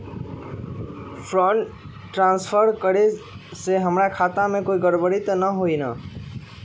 Fund transfer करे से हमर खाता में कोई गड़बड़ी त न होई न?